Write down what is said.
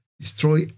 destroy